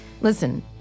Listen